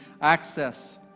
access